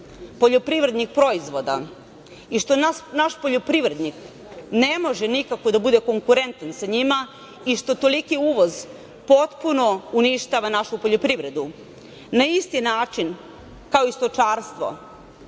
poljoprivrednih proizvoda i što naš poljoprivrednik ne može nikako da bude konkurentan sa njima i što toliki uvoz potpuno uništava našu poljoprivredu. Na isti način kao i stočarstvo,